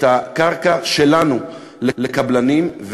את הקרקע שלנו לקבלנים,